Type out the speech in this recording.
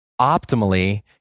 optimally